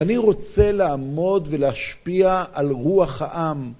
אני רוצה לעמוד ולהשפיע על רוח העם.